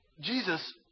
Jesus